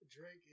Drake